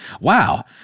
wow